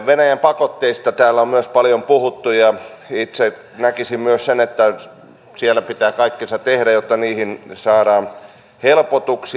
venäjän pakotteista täällä on myös paljon puhuttu ja itse näkisin myös että siellä pitää kaikkensa tehdä jotta niihin saadaan helpotuksia